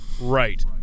Right